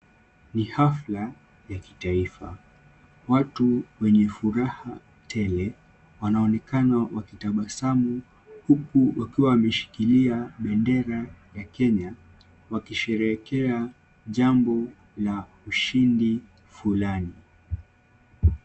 Ni hafla ya kitaifa, Watu wanafuraha tele wananekana wakitabasamu huku wakiwa wameshikilia bendera ya kenya wakisherehekea jambo la ushindi fulani.